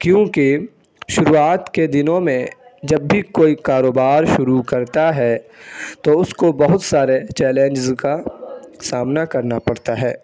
کیونکہ شروعات کے دنوں میں جب بھی کوئی کاروبار شروع کرتا ہے تو اس کو بہت سارے چیلینز کا سامنا کرنا پڑتا ہے